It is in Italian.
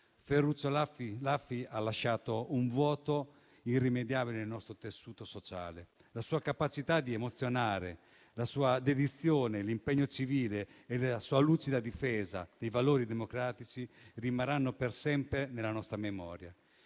Ferruccio Laffi ha lasciato un vuoto irrimediabile nel nostro tessuto sociale; la sua capacità di emozionare, la sua dedizione, l'impegno civile e la sua lucida difesa dei valori democratici rimarranno per sempre nella nostra memoria.